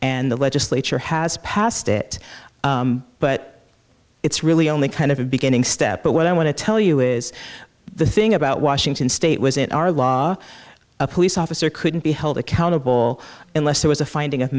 and the legislature has passed it but it's really only kind of a beginning step but what i want to tell you is the thing about washington state was in our law a police officer couldn't be held accountable unless there was a finding of